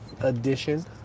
edition